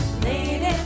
lady